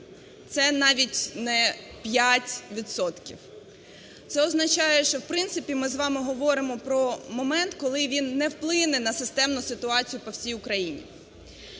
Це навіть не 5 відсотків. Це означає, що, в принципі, ми з вами говоримо про момент, коли він не вплине на системну ситуацію по всій Україні.